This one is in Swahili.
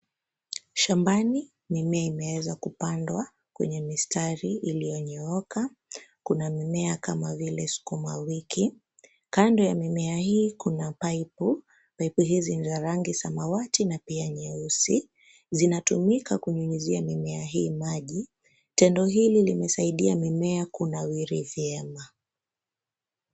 Shambani mimea imeweza kupandwa kwenye mistari ilionyooka. Kuna mimea kama vile sukuma wiki , kando ya mimea hiyo kuna pipu. Pipu hizi ni za rangi samawati na pia nyeusi zinatumika kunyunyizia mimea hii maji. Tendo hili limesaidia mimea kunawiri vyema.